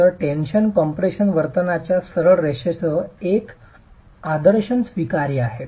तर tension compression वर्तनच्या सरळ रेषेसह एक आदर्शण स्वीकार्य आहे